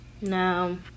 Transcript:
No